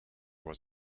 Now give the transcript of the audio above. was